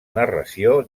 narració